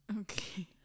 okay